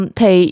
Thì